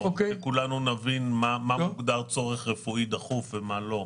כדי שכולנו נבין מה מוגדר צורך רפואי דחוף ומה לא.